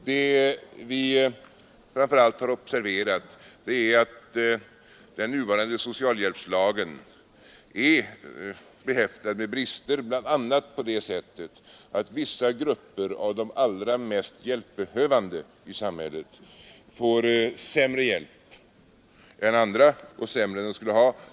Det vi framför allt har observerat är att den nuvarande socialhjälpslagen är behäftad med brister bl.a. på det sättet att vissa grupper av de allra mest hjälpbehövande i samhället får sämre hjälp än andra och sämre än de borde få.